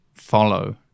follow